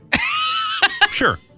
Sure